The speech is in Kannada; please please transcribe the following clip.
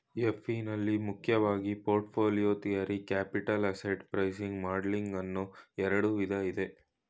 ಎಫ್.ಇ ನಲ್ಲಿ ಮುಖ್ಯವಾಗಿ portfolio theory, capital asset pricing modelling ಅನ್ನೋ ಎರಡು ವಿಧ ಇದೆ